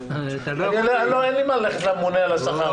אין לי מה ללכת אל הממונה אל השכר.